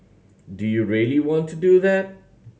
do you really want to do that